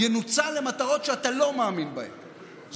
ינוצל למטרות שאתה לא מאמין בהן,